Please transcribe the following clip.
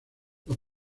los